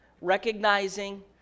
recognizing